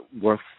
worth